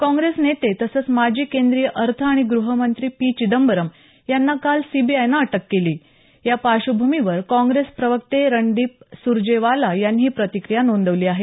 काँग्रेस नेते तसंच माजी केंद्रीय अर्थ आणि गृहमंत्री पी चिदंबरम यांना काल सीबीआयनं अटक केली या पार्श्वभूमीवर काँग्रेस प्रवक्ते रणदीप सुरजेवाला यांनी ही प्रतिक्रिया नोंदवली आहे